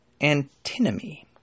Antinomy